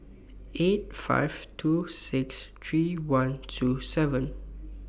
eight five two six three one two seven